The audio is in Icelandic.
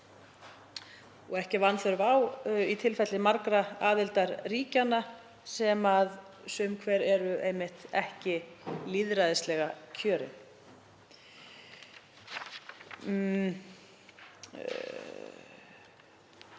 og ekki er vanþörf á í tilfelli margra aðildarríkjanna sem sum hver eru einmitt ekki lýðræðislega kjörin.